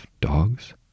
dogs